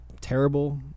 terrible